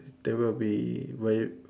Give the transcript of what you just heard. there will be very